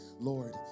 Lord